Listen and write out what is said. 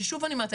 ששוב אני אומרת,